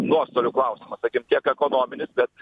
nuostolių klausimas tiek ekonominis bet